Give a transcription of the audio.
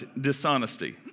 dishonesty